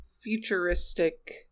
futuristic